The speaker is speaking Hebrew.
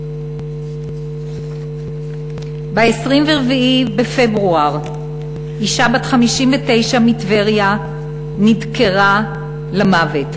ב-24 בפברואר, אישה בת 59 מטבריה נדקרה למוות,